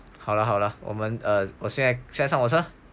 好了好了我们哦我现在上火车